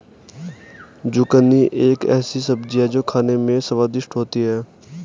zucchini एक ऐसी सब्जी है जो खाने में स्वादिष्ट होती है